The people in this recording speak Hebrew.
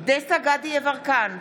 דסטה גדי יברקן,